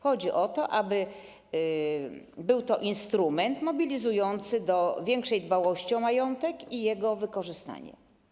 Chodzi o to, aby był to instrument mobilizujący do większej dbałości o majątek i jego wykorzystanie.